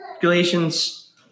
Galatians